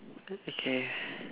okay